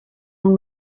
amb